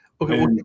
Okay